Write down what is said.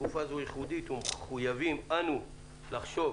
תקופה זו ייחודית ומחויבים אנו לחשוב